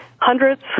hundreds